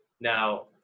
Now